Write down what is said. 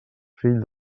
fill